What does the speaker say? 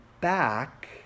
back